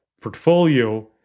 portfolio